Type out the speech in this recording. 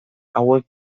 hauek